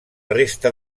resta